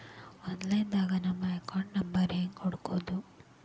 Online ದಾಗ ನಮ್ಮ account number ಹೆಂಗ್ ಹುಡ್ಕೊದು?